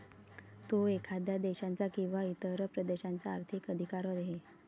तो एखाद्या देशाचा किंवा इतर प्रदेशाचा आर्थिक अधिकार आहे